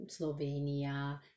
Slovenia